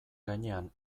gainean